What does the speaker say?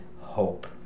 hope